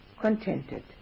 contented